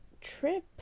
trip